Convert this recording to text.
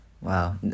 Wow